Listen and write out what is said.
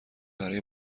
برای